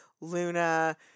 Luna